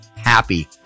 happy